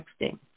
texting